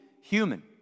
human